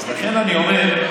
לכן אני אומר,